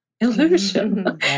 illusion